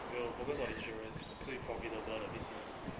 没有 focus on insurance 最 profitable 的 business